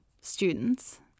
students